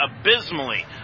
abysmally